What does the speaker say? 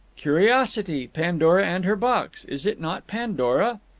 curiosity! pandora and her box. is it not pandora?